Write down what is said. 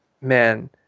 man